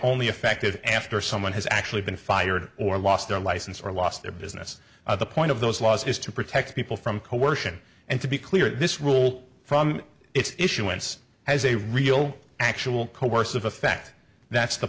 only effective after someone has actually been fired or lost their license or lost their business the point of those laws is to protect people from coercion and to be clear this rule from its issuance has a real actual coercive effect that's the